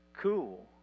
cool